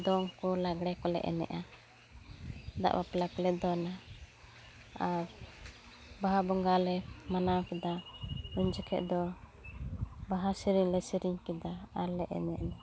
ᱫᱚᱝ ᱠᱚ ᱞᱟᱜᱽᱲᱮ ᱠᱚᱞᱮ ᱮᱱᱮᱡᱼᱟ ᱫᱟᱜ ᱵᱟᱯᱞᱟ ᱠᱚᱞᱮ ᱫᱚᱱᱟ ᱟᱨ ᱵᱟᱦᱟ ᱵᱚᱸᱜᱟ ᱞᱮ ᱢᱟᱱᱟᱣ ᱠᱮᱫᱟ ᱩᱱᱡᱚᱠᱷᱮᱱ ᱫᱚ ᱵᱟᱦᱟ ᱥᱤᱨᱤᱧ ᱞᱮ ᱥᱤᱨᱤᱧ ᱠᱮᱫᱟ ᱟᱨᱞᱮ ᱮᱱᱮᱡᱼᱱᱟ